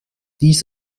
dies